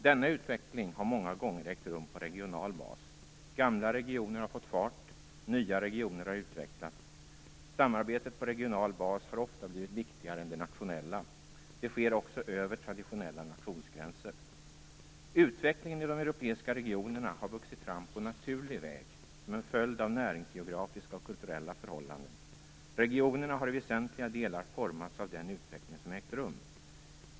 Denna utveckling har många gånger ägt rum på regional bas. Gamla regioner har fått fart. Nya regioner har utvecklats. Samarbetet på regional bas har ofta blivit viktigare än det nationella samarbetet. Det sker också över traditionella nationsgränser. Utvecklingen i de europeiska regionerna har vuxit fram på naturlig väg som en följd av näringsgeografiska och kulturella förhållanden. Regionerna har i väsentliga delar formats av den utveckling som har ägt rum.